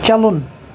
چلُن